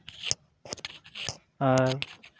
ᱟᱨ